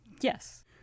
Yes